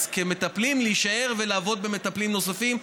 כמטפלים להישאר ולעבוד עם מטופלים נוספים.